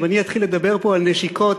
שאם אתחיל לדבר פה על נשיקות